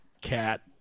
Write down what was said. cat